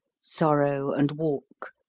sorrow and walk,